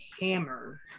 hammer